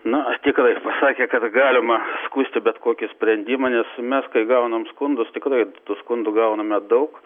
na aš tikrai pasakė kad galima skųsti bet kokį sprendimą nes mes kai gauname skundus tikrai tų skundų gauname daug